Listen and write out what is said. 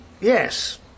yes